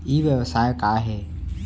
ई व्यवसाय का हे?